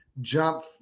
Jump